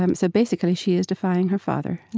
um so basically she is defying her father.